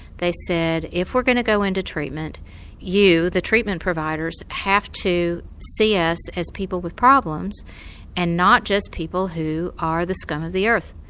they said if we're going to go into treatment you, the treatment providers, have to see us as people with problems and not just people who are the scum of the earth.